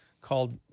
called